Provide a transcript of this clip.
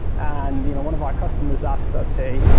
and you know one of our customers asked us, hey,